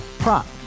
Prop